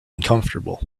uncomfortable